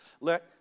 Let